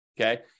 okay